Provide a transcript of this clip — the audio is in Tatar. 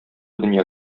дөнья